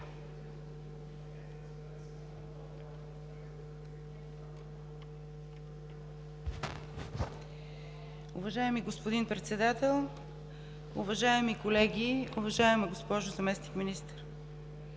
Уважаеми господин Председател, уважаеми колеги! Уважаема госпожо Заместник-министър,